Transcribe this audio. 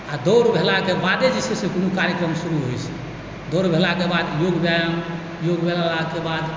आओर दौड़ भेलाके बादे जे छै से कोनो कार्यक्रम शुरू होइत छै दौड़ भेलाके बाद योग व्यायाम भेलाके बाद